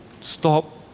stop